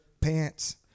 pants